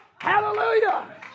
Hallelujah